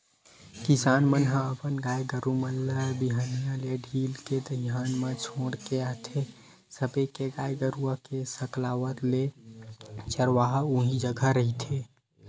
किसान मन ह अपन गाय गरु मन ल बिहनिया ले ढील के दईहान म छोड़ के आथे सबे के गाय गरुवा के सकलावत ले चरवाहा उही जघा रखथे